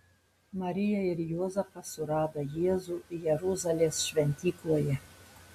marija ir juozapas surado jėzų jeruzalės šventykloje